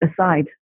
aside